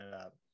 up